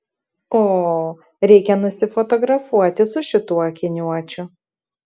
o reikia nusifotografuoti su šituo akiniuočiu